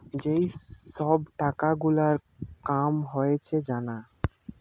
যেই সব টাকা গুলার কাম হয়েছে জানা